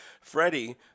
Freddie